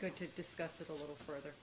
good to discuss that a little further